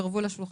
תתקרבו לשולחן.